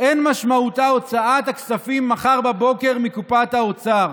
אין משמעותה הוצאת הכספים מחר בבוקר מקופת האוצר.